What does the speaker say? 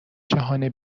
جهان